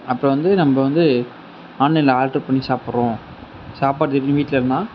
அப்பறம் வந்து நம்ம வந்து ஆன்லைன்ல ஆர்ட்ரு பண்ணி சாப்பிட்றோம் சாப்பாடு எதுவும் வீட்டில இல்லைனா